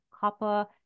copper